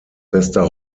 bester